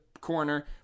corner